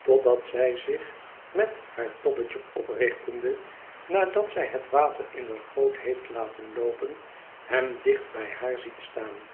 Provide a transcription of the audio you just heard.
totdat zij zich met haar tobbetje oprichtende nadat zij het water in de goot heeft laten loopen hem dicht bij haar ziet staan